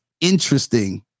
interesting